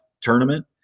tournament